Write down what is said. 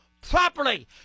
properly